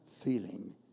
feeling